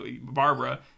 Barbara